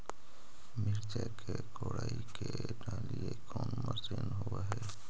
मिरचा के कोड़ई के डालीय कोन मशीन होबहय?